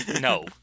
No